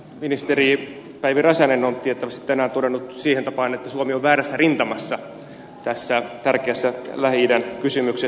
ministeri päivi räsänen on tiettävästi tänään todennut siihen tapaan että suomi on väärässä rintamassa tässä tärkeässä lähi idän kysymyksessä